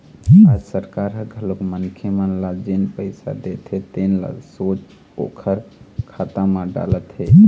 आज सरकार ह घलोक मनखे मन ल जेन पइसा देथे तेन ल सोझ ओखर खाता म डालत हे